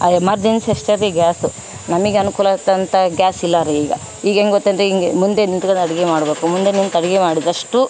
ಆ ಎಮರ್ಜೆನ್ಸಿ ಅಷ್ಟದೆ ಗ್ಯಾಸು ನಮಗ್ ಅನುಕೂಲ ಆಗ್ತದಂತ ಗ್ಯಾಸ್ ಇಲ್ಲಾರಿ ಈಗ ಈಗ ಹೆಂಗೆ ಗೊತ್ತಂದ್ರಿ ಹಿಂಗೆ ಮುಂದೆ ನಿಂತ್ಕೊಳೋ ಅಡಿಗೆ ಮಾಡ್ಬೋಕು ಮುಂದೆ ನಿಂತು ಅಡಿಗೆ ಮಾಡಿದಷ್ಟೂ